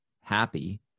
happy